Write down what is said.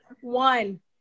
one